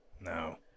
No